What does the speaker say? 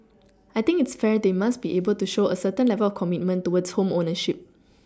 I think it's fair they must be able to show a certain level of commitment towards home ownership